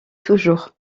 toujours